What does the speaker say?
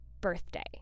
birthday